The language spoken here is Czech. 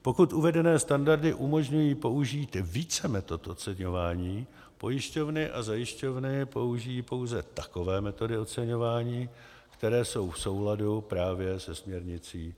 Pokud uvedené standardy umožňují použít více metod oceňování, pojišťovny a zajišťovny použijí pouze takové metody oceňování, které jsou v souladu právě se směrnicí 2009/138.